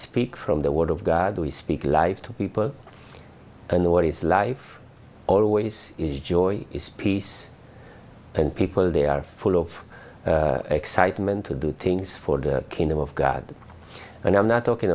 speak from the word of god we speak live to people and the words life always is joy is peace and people they are full of excitement to do things for the kingdom of god and i'm not talking